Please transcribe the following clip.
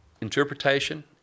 interpretation